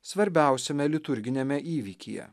svarbiausiame liturginiame įvykyje